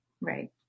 Right